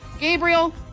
Gabriel